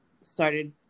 started